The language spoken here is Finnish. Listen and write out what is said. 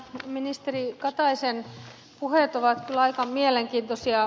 nämä ministeri kataisen puheet ovat kyllä aika mielenkiintoisia